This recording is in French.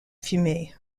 fumée